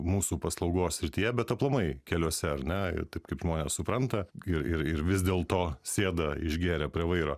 mūsų paslaugos srityje bet aplamai keliuose ar ne ir taip kaip žmonės supranta ir ir ir vis dėlto sėda išgėrę prie vairo